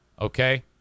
Okay